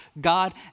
God